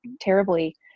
terribly